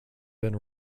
been